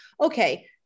okay